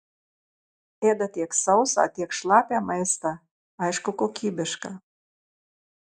ėda tiek sausą tiek šlapią maistą aišku kokybišką